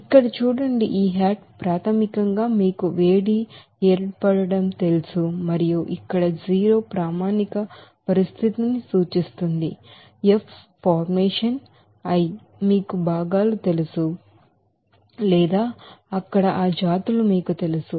ఇక్కడ చూడండి ఈ హాట్ ప్రాథమికంగా మీకు వేడి ఏర్పడటం తెలుసు మరియు ఇక్కడ 0 ప్రామాణిక పరిస్థితిని సూచిస్తుంది f ఫార్మేషన్ i మీకు భాగాలు తెలుసు లేదా అక్కడ ఆ జాతులు మీకు తెలుసు